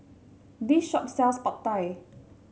this shop sells Pad Thai